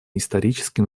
историческим